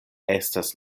estas